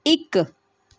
ਇੱਕ